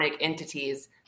entities